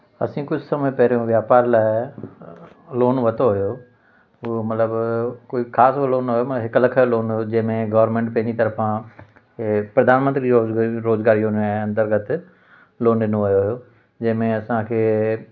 असां कुझु समय पहिरियों वापार लाइ लोन वतो हुओ उहो मतिलबु कोई ख़ासि उहो लोन न हुओ मां हिकु लखु जो लोन हुओ जंहिंमें गॉरमेंट पंहिंजी तरफ़ा प्रधानमंत्री रोज रोज़गारु योजना जे अंतरगत लोन ॾिनो वियो हुओ जंहिंमें असांखे